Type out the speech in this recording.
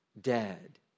dead